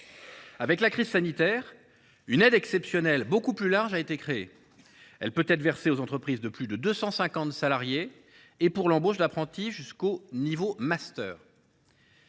de la crise sanitaire, une aide exceptionnelle beaucoup plus large a été créée. Elle peut être versée aux entreprises de plus de 250 salariés et pour l’embauche d’apprentis jusqu’au niveau master.